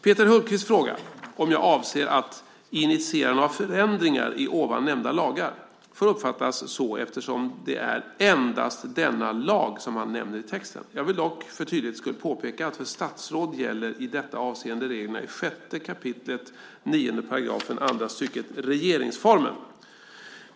Peter Hultqvists fråga, om jag avser att "initiera några förändringar i ovan nämnda lagar" får uppfattas så, eftersom det är endast denna lag som han nämner i texten. Jag vill dock för tydlighetens skull påpeka att för statsråd gäller i detta avseende reglerna i 6 kap. 9 § andra stycket regeringsformen.